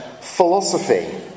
philosophy